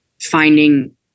finding